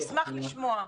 נשמח לשמוע.